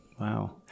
Wow